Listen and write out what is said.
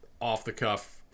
off-the-cuff